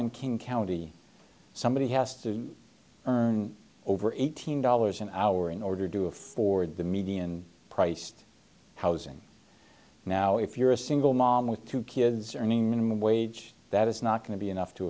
in king county somebody has to earn over eighteen dollars an hour in order to afford the median priced housing now if you're a single mom with two kids earning minimum wage that is not going to be enough to